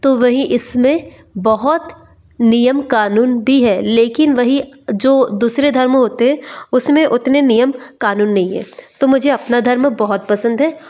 तो वही इसमें बहोत नियम कानून भी हैं लेकिन वहीं जो दूसरे धर्म होते हैं उसमें उतने नियम कानून नहीं है तो मुझे अपना धर्म बहुत पसंद है